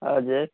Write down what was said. हजुर